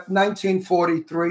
1943